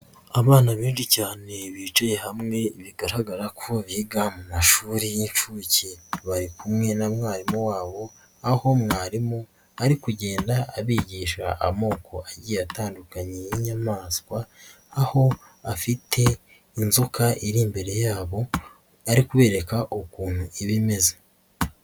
Abana benshi cyane bicaye hamwe bigaragara ko biga mu mashuri y'inshuke bari kumwe na mwarimu wabo aho mwarimu ari kugenda abigisha amoko agiye atandukanye y'inyamaswa aho afite inzoka iri imbere yabo ari kubereka ukuntu iba imeze.